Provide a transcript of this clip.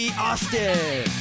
Austin